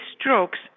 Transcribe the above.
strokes